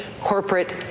corporate